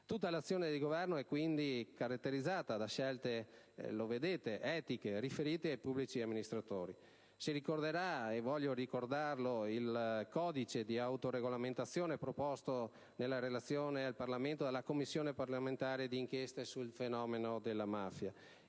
Tutta l'azione di Governo è quindi caratterizzata da scelte etiche riferite ai pubblici amministratori. In proposito voglio ricordare il codice di autoregolamentazione proposto nella relazione al Parlamento dalla Commissione parlamentare di inchiesta sul fenomeno della mafia,